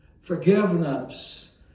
Forgiveness